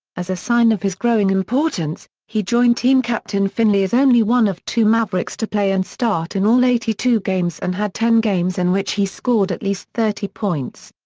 as a sign of his growing importance, he joined team captain finley as only one of two mavericks to play and start in all eighty two games and had ten games in which he scored at least thirty points.